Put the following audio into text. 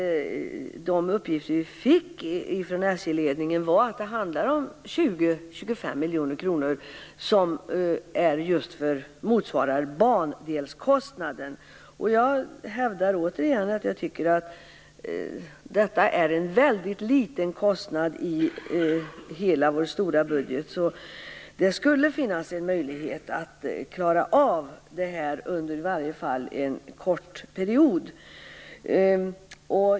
De uppgifter som gavs från SJ-ledningen innebar att bandelskostnaden handlar om motsvarande 20-25 miljoner kronor. Jag hävdar återigen att jag tycker att det är en väldigt liten kostnad i hela vår stora budget. Det skulle finnas en möjlighet att klara av detta under en kort period i varje fall.